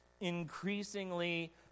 increasingly